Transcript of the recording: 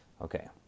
Okay